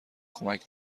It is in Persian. کمک